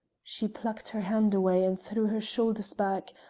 she plucked her hand away and threw her shoulders back,